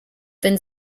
wenn